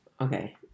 Okay